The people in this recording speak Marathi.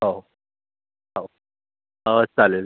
हो हो चालेल